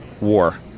war